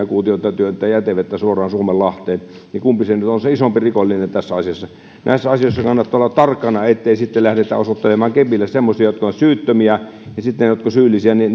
kuutiota työntää jätevettä suoraan suomenlahteen kumpi nyt on se isompi rikollinen tässä asiassa näissä asioissa kannattaa olla tarkkana ettei sitten lähdetä osoittelemaan kepillä semmoisia jotka ovat syyttömiä ja hiljaisesti vaieta niistä jotka ovat syyllisiä niin